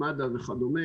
עם מד"א וכדומה.